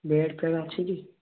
bed ଫେଡ଼୍ ଅଛି କି